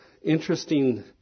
Interesting